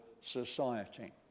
society